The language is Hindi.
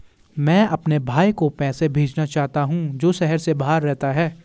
मैं अपने भाई को पैसे भेजना चाहता हूँ जो शहर से बाहर रहता है